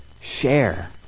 share